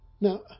Now